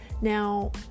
Now